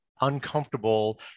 uncomfortable